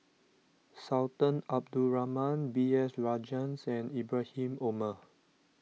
Sultan Abdul Rahman B S Rajhans and Ibrahim Omar